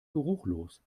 geruchlos